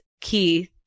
Keith